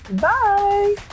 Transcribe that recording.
bye